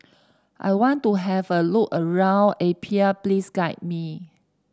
I want to have a look around Apia please guide me